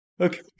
Okay